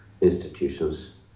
institutions